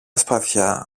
σπαθιά